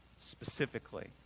specifically